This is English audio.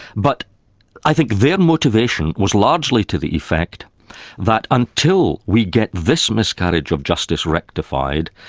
but i think their motivation was largely to the effect that until we get this miscarriage of justice rectified,